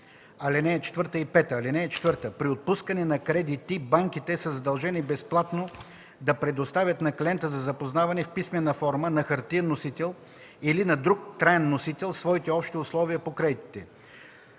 ал. 4 и 5: „(4) При отпускане на кредити банките са задължени безплатно да предоставят на клиента за запознаване, в писмена форма, на хартиен носител или на друг траен носител своите общи условия по кредитите.